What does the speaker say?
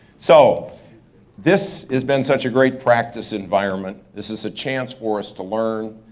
so this has been such a great practice environment. this is a chance for us to learn.